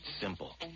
simple